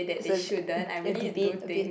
it's a a debate a bit